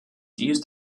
used